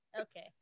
Okay